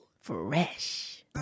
Fresh